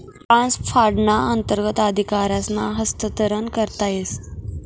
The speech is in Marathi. ट्रस्ट फंडना अंतर्गत अधिकारसनं हस्तांतरण करता येस